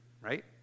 right